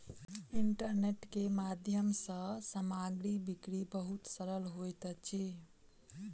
internet के माध्यम सँ सामग्री बिक्री बहुत सरल होइत अछि